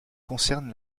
concerne